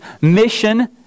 mission